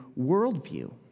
worldview